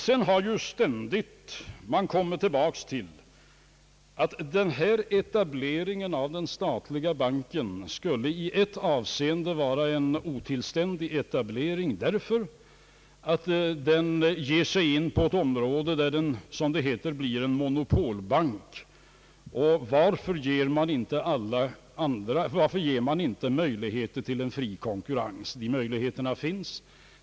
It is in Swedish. Sedan har man ständigt kommit tillbaka till att etableringen av den statliga banken skulle i ett avseende vara en otillständig etablering, därför att banken ger sig in på ett område där den, som det heter, blir en monopolbank. Varför ger man inte där möjligheter till en fri konkurrens? Jo, de möjligheterna finns.